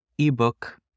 ebook